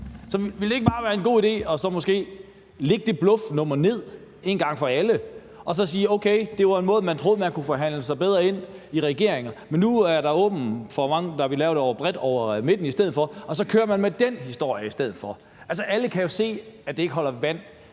Så ville det måske ikke være en god idé en gang for alle bare at lægge det bluffnummer ned og så sige, at okay, det var en måde, man troede man kunne forhandle sig bedre ind i regeringer på? Men nu er der mange, der har åbnet for at lave det bredt over midten, og så kører man med den her historie i stedet for. Altså, alle kan jo se, at det ikke holder vand,